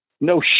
no